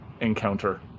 encounter